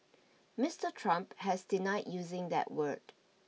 Mister Trump has denied using that word